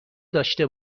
داشته